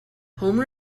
homer